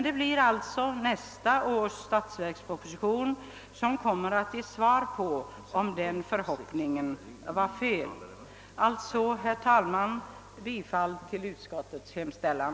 Det blir dock nästa års statsverksproposition som kommer att ge svar på om denna min förhoppning är riktig eller inte. Herr talman! Med det anförda ber jag att få yrka bifall till utskottets hemställan.